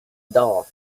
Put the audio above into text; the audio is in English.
doll